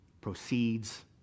proceeds